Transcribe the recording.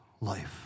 life